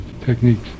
techniques